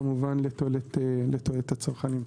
כמובן לתועלת הצרכנים.